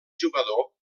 jugador